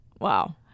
Wow